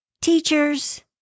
teachers